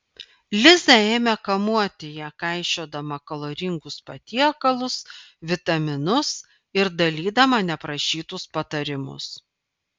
liza ėmė kamuoti ją kaišiodama kaloringus patiekalus vitaminus ir dalydama neprašytus patarimus